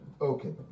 Okay